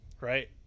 Right